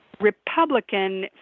Republican